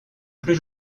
plus